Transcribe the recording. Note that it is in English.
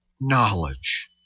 knowledge